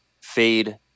fade